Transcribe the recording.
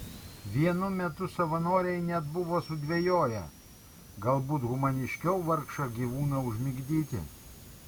vienu metu savanoriai net buvo sudvejoję galbūt humaniškiau vargšą gyvūną užmigdyti